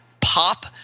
pop